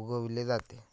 उगविले जाते